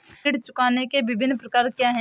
ऋण चुकाने के विभिन्न प्रकार क्या हैं?